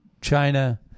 China